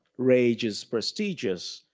rage is prestigious,